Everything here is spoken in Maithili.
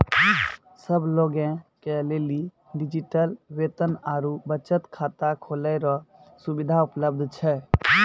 सब लोगे के लेली डिजिटल वेतन आरू बचत खाता खोलै रो सुविधा उपलब्ध छै